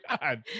god